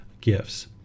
gifts